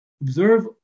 Observe